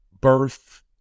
birth